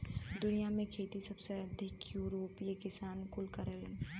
दुनिया में खेती सबसे अधिक यूरोपीय किसान कुल करेलन